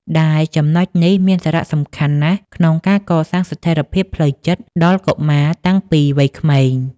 ដែលចំណុចនេះមានសារៈសំខាន់ណាស់ក្នុងការកសាងស្ថិរភាពផ្លូវចិត្តដល់កុមារតាំងពីវ័យក្មេង។